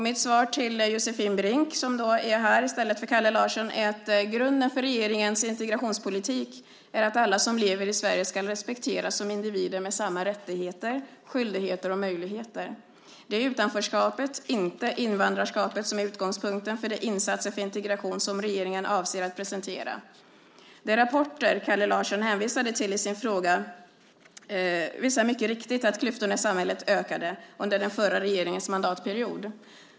Mitt svar till Josefin Brink, som är här i stället för Kalle Larsson, är att grunden för regeringens integrationspolitik är att alla som lever i Sverige ska respekteras som individer med samma rättigheter, skyldigheter och möjligheter. Det är utanförskapet, inte invandrarskapet, som är utgångspunkten för de insatser för integration som regeringen avser att presentera. De rapporter Kalle Larsson hänvisade till i sin fråga visar mycket riktigt att klyftorna i samhället ökade under den förra regeringens mandatperiod.